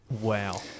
Wow